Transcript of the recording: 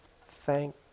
Thank